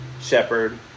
Shepard